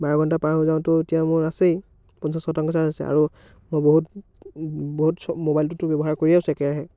বাৰ ঘণ্টা পাৰ হৈ যাওঁতেও এতিয়া মোৰ আছেই পঞ্চাছ শতাংশ চাৰ্জ আছে আৰু মই বহুত বহুত মোবাইলটোটো ব্যৱহাৰ কৰিয়ে আছোঁ একেৰাহে